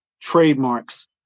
trademarks